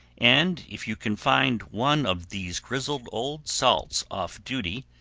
and if you can find one of these grizzled old salts off duty,